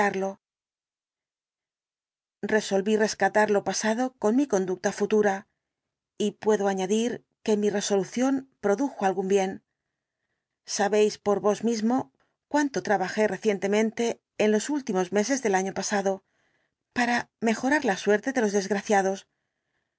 resolví rescatar lo pasado con mi conducta futura y puedo añadir que mi resolución produjo algún bien sabéis por vos mismo cuánto trabajé recientemente en los últimos meses del año pasado para mejorar la suerte de los desgraciados